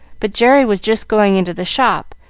but jerry was just going into the shop,